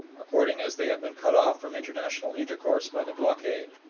according as they have been cut off from international intercourse by the blockade,